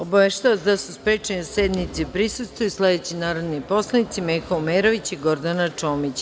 Obaveštavam vas da su sprečeni da prisustvuju sednici sledeći narodni poslanici: Meho Omerović i Gordana Čomić.